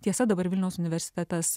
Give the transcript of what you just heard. tiesa dabar vilniaus universitetas